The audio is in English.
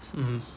mmhmm